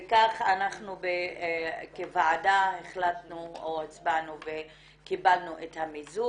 וכך אנחנו כוועדה הצבענו וקיבלנו את המיזוג.